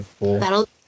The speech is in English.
that'll